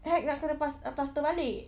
hack nak kena plas~ plaster balik